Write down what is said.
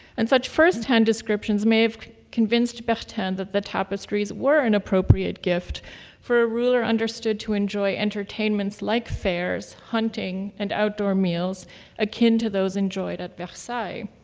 and such firsthand descriptions may have convinced but bertin that the tapestries were an appropriate gift for a ruler understood to enjoy entertainments like fairs, hunting, and outdoor meals akin to those enjoyed at versailles.